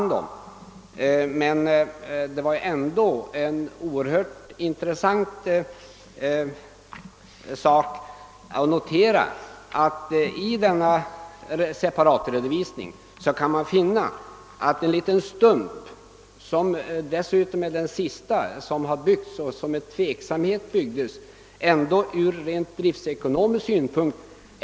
Det var oerhört intressant att av separatredovisningen notera att en liten bandel, vilken dessutom är den sista som har byggts och det med tveksamhet, är motiverad från rent driftsekonomisk synpunkt.